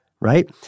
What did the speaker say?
right